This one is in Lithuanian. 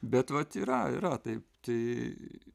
bet vat yra yra taip tai